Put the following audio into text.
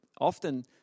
often